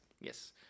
Yes